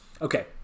Okay